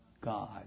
God